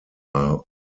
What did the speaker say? are